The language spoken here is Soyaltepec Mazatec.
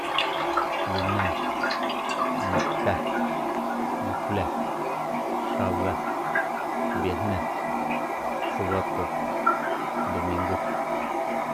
Lune, mate, miklue, xabe, biajne, xubatu, ndumingu.